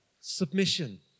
submission